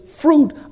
fruit